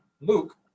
Luke